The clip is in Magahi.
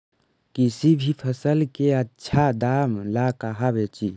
किसी भी फसल के आछा दाम ला कहा बेची?